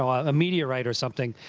a meteorite or something,